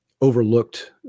overlooked